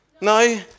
No